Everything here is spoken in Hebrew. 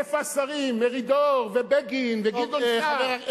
איפה השרים מרידור ובגין וגדעון סער?